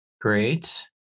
Great